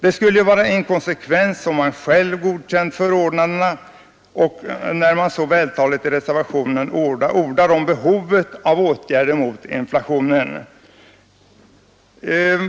Det skulle ju vara inkonsekvent när man själv godkänt förordnandena och när man så vältaligt i reservationen ordar om behovet av åtgärder mot inflationen.